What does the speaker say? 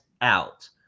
out